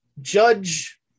Judge